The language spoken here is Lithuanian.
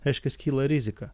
reiškias kyla rizika